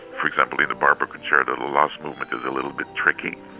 for example, the and barber concerto, the last movement is a little bit tricky.